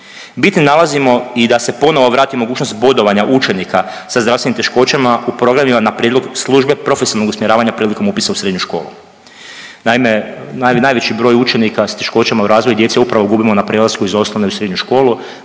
Bitnim nalazimo i da se ponovno vrati mogućnost bodovanja učenika sa zdravstvenim teškoćama u programima na prijedlog službe profesionalnog usmjeravanja prilikom upisa u srednju školu. Naime, najveći broj učenika s teškoćama u razvoju djece upravo gubimo na prelasku iz osnovne u srednju školu